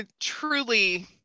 truly